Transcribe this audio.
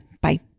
Bye